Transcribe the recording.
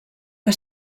que